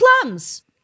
plums